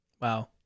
wow